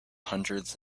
hundreds